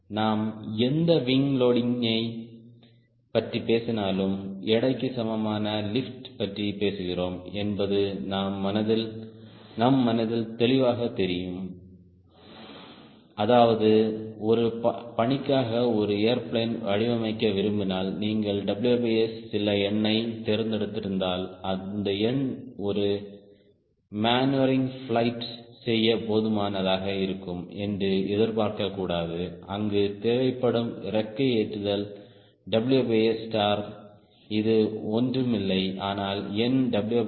நாம் எந்த விங் லோடிங்கைப் பற்றி பேசினாலும் எடைக்கு சமமான லிப்ட் பற்றி பேசுகிறோம் என்பது நம் மனதிற்குத் தெளிவாகத் தெரியும் அதாவது ஒரு பணிக்காக ஒரு ஏர்பிளேன் வடிவமைக்க விரும்பினால் நீங்கள் சில எண்ணைத் தேர்ந்தெடுத்திருந்தால் அந்த எண் ஒரு மனேயுவெரிங் பிளையிட் செய்ய போதுமானதாக இருக்கும் என்று எதிர்பார்க்கக்கூடாது அங்கு தேவைப்படும் இறக்கை ஏற்றுதல் இது ஒன்றும் இல்லை ஆனால் nws